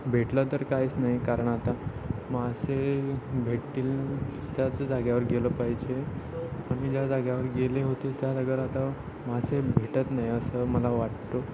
भेटलं तर काहीच नाही कारण आता मासे भेटतील त्याच जाग्यावर गेलं पाहिजे आम्ही ज्या जाग्यावर गेले होते त्या जाग्यावर आता मासे भेटत नाही असं मला वाटतो